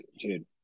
dude